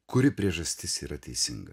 kuri priežastis yra teisinga